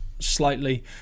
slightly